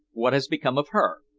what has become of her?